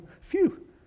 Phew